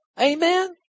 Amen